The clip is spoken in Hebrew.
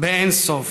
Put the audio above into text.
באין-סוף.